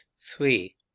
Three